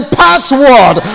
password